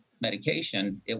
medication